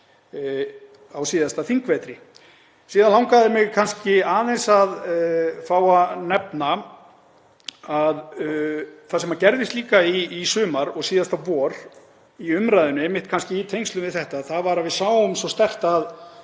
á síðasta þingvetri. Síðan langaði mig kannski aðeins að fá að nefna að það sem gerðist líka í sumar og síðasta vor í umræðunni, einmitt kannski í tengslum við þetta, var að við sáum svo sterkt að